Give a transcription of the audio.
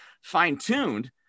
fine-tuned